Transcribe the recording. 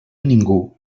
ningú